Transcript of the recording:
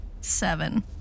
Seven